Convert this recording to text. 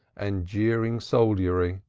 and jeering soldiery,